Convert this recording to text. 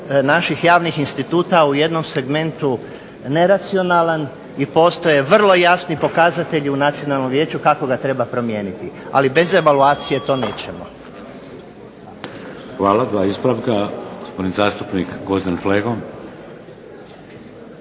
naših javnih instituta u jednom segmentu neracionalan i postoje vrlo jasni pokazatelji u Nacionalnom vijeću kako ga treba promijeniti. Ali bez evaluacije to nećemo. **Šeks, Vladimir (HDZ)** Hvala. Dva ispravka. Gospodin zastupnik Gvozden Flego.